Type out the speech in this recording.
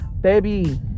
Baby